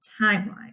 timeline